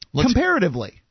comparatively